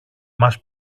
μας